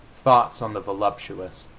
thoughts on the voluptuous